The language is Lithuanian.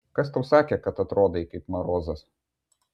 kas tau sakė kad atrodai kaip marozas